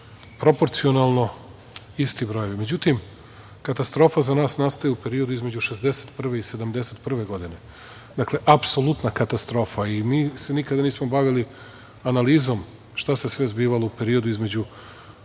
proporcionalno isti brojevi. Međutim, katastrofa za nas nastaje u periodu između 1961. i 1971. godine. Dakle, apsolutna katastrofa i mi se nikada nismo bavili analizom šta se sve zbivalo u periodu između,